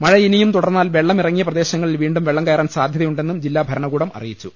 മഴ ഇനിയും തുടർന്നാൽ വെള്ളം ഇറങ്ങിയ പ്രദേശങ്ങളിൽ വീണ്ടും വെള്ളം കയറാൻ സാധ്യതയുണ്ടെന്നും ജില്ലാ ഭരണകൂടം അറിയിച്ചു